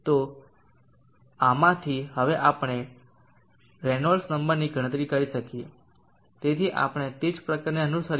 તો આ આમાંથી હવે આપણે રેનોલ્ડ્સ નંબરની ગણતરી કરી શકીએ તેથી આપણે તે જ પ્રક્રિયાને અનુસરીએ